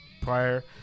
prior